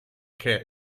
che